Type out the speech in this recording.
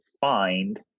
find